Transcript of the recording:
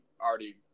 already